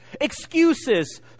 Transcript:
excuses